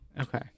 Okay